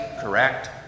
correct